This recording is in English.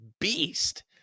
beast